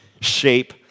shape